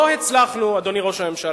לא הצלחנו, אדוני ראש הממשלה,